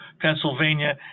Pennsylvania